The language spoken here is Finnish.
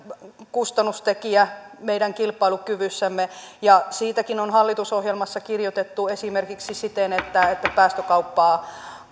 kustannustekijä meidän kilpailukyvyssämme siitäkin on hallitusohjelmassa kirjoitettu esimerkiksi siten että että päästökaupan